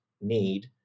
need